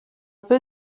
peu